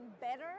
better